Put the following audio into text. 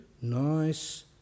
Nice